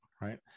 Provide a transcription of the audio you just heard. right